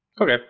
Okay